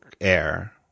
Air